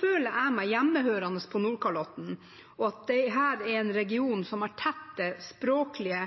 føler jeg meg hjemmehørende på Nordkalotten, at dette er en region som har tette språklige,